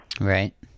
Right